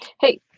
Hey